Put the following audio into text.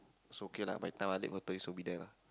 it's okay lah by the time Alif will be there lah